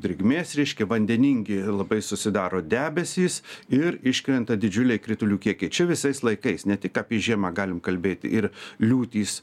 drėgmės reiškia vandeningi labai susidaro debesys ir iškrenta didžiuliai kritulių kiekiai čia visais laikais ne tik apie žiemą galim kalbėti ir liūtys